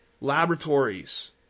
laboratories